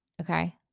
Okay